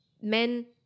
men